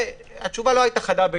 התשובה לא היתה חדה.